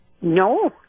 No